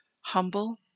humble